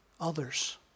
others